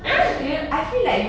!huh!